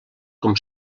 com